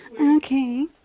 okay